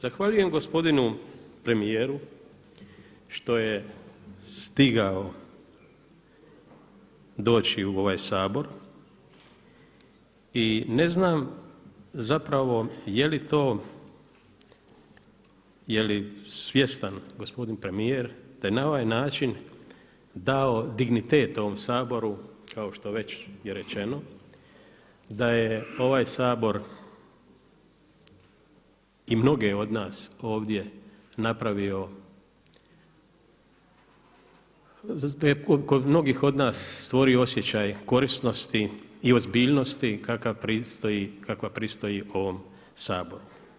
Zahvaljujem gospodinu premijeru što je stigao doći u ovaj Sabor i ne znam zapravo je li to, je li svjestan gospodin premijer da je na ovaj način dao dignitet ovom Saboru kao što već je rečeno, da je ovaj Sabor i mnoge od nas ovdje napravio, da je kod mnogih od nas stvorio osjećaj korisnosti i ozbiljnosti kakva pristoji ovom Saboru.